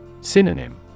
Synonym